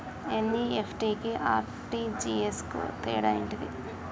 NEFT కి RTGS కు తేడా ఏంటిది?